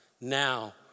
now